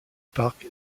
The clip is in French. parc